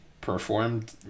performed